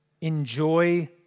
enjoy